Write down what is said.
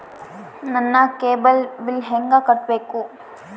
ನನ್ನ cable bill ಹೆಂಗ ಕಟ್ಟಬೇಕು?